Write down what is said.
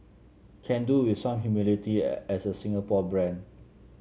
can do with some humility as a Singapore brand